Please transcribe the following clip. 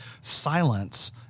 silence